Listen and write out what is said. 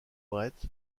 brett